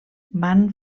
van